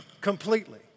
completely